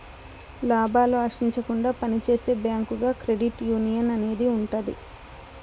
లాభాలు ఆశించకుండా పని చేసే బ్యాంకుగా క్రెడిట్ యునియన్ అనేది ఉంటది